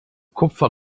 kupfer